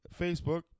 Facebook